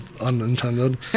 unintended